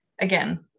again